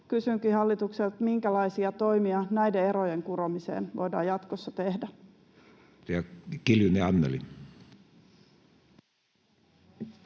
Kysynkin hallitukselta, minkälaisia toimia näiden erojen kuromiseen voidaan jatkossa tehdä.